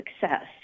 success